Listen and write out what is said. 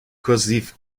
kursiv